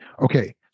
Okay